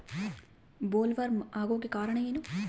Bollworm ಆಗೋಕೆ ಕಾರಣ ಏನು?